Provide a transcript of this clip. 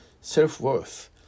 self-worth